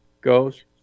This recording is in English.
goes